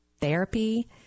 therapy